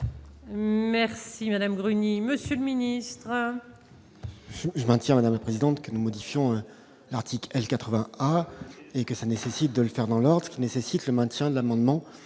Merci madame Bruni Monsieur le ministre.